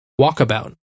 Walkabout